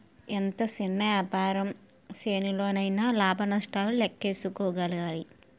ఎంత సిన్న యాపారం సేసినోల్లయినా లాభ నష్టాలను లేక్కేసుకోగలగాలి